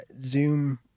Zoom